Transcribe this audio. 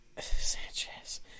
Sanchez